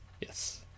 yes